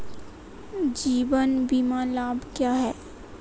जीवन बीमा लाभ क्या हैं?